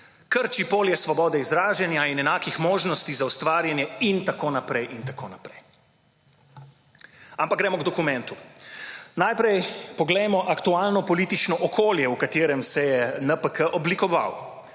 krči polje svobode izražanja in enakih možnosti za ustvarjanje in tako naprej in tako naprej. Ampak gremo k dokumentu. Najprej poglejmo aktualno politično okolje, v katerem se je NPK oblikoval.